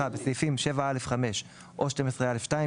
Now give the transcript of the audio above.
בסעיפים 7(א)(5) או 12(א)(2),